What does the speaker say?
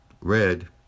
red